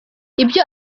ibyo